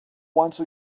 once